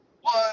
one